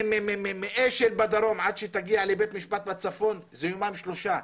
ומאשל בדרום עד שתגיע לבית משפט בצפון זה יומיים שלושה.